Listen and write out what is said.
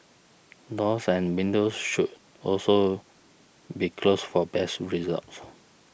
doors and windows should also be closed for best results